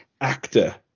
actor